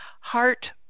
heart